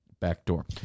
backdoor